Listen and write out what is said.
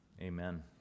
amen